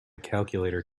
calculator